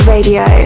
Radio